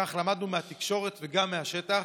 כך למדנו מהתקשורת וגם מהשטח,